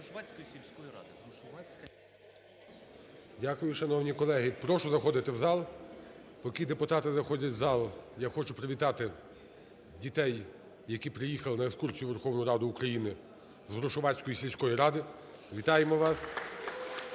Дякую, шановні колеги. Прошу заходити у зал. Поки депутати заходять у зал, я хочу привітати дітей, які приїхали на екскурсію у Верховну Раду України з Грушовецької сільської ради. Вітаємо вас!